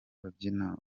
babyina